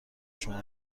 شما